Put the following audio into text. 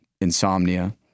insomnia